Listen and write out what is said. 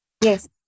Yes